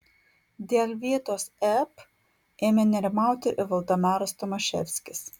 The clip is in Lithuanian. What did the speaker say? dėl vietos ep ėmė nerimauti ir valdemaras tomaševskis